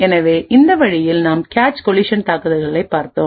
எனவே இந்த வழியில் நாம் கேச் கோலிசன் தாக்குதல்களைப் பார்த்தோம்